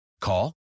Call